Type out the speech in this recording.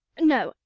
no,